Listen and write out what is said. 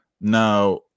Now